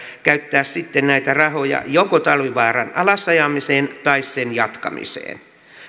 käyttää sitten näitä rahoja joko talvivaaran alasajamiseen tai sen jatkamiseen